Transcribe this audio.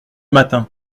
matin